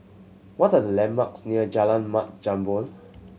what are the landmarks near Jalan Mat Jambol